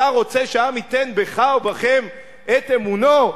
אתה רוצה שהעם ייתן בך או בכם את אמונו?